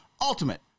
Ultimate